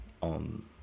on